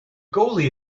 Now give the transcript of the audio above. goalie